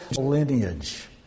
lineage